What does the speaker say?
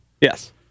Yes